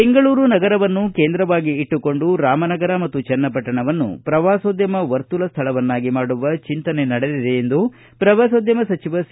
ಬೆಂಗಳೂರು ನಗರವನ್ನು ಕೇಂದ್ರವಾಗಿ ಇಟ್ಲುಕೊಂಡು ರಾಮನಗರ ಮತ್ತು ಚನ್ನಪಟ್ಟಣವನ್ನು ಪ್ರವಾಸೋದ್ಯಮ ವರ್ತುಲ ಸ್ಟಳವನ್ನಾಗಿ ಮಾಡುವ ಚಿಂತನೆ ನಡೆದಿದೆ ಎಂದು ಪ್ರವಾಸೋದ್ಯಮ ಸಚಿವ ಸಿ